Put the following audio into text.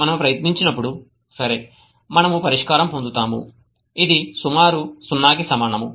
మనము ప్రయత్నించినప్పుడు సరే మనము పరిష్కారం పొందుతాము ఇది సుమారు 0 కి సమానం